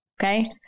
Okay